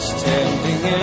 Standing